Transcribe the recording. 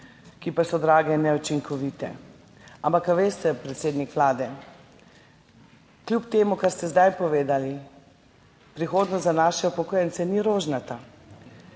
ki so drage in neučinkovite, ampak, predsednik Vlade, kljub temu, kar ste zdaj povedali, prihodnost za naše upokojence ni rožnata.